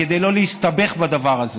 כדי שלא להסתבך בדבר הזה.